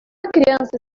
criança